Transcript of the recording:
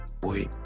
Boy